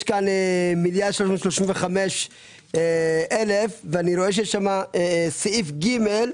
יש פה מיליארד ו-335,000 ואני רואה שיש שם סעיף ג',